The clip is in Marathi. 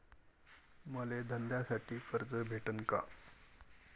मले धंद्यासाठी कर्ज भेटन का?